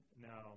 Now